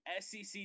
SEC